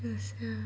ya sia